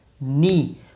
knee